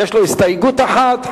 יש לו הסתייגות אחת.